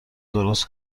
درست